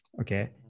okay